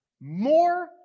more